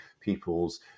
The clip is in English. people's